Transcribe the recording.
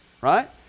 right